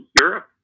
Europe